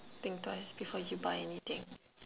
think twice before you buy anything